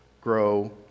grow